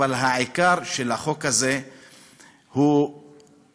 אבל העיקר של החוק הזה הוא חוק,